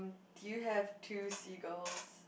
do you have two seagulls